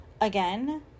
again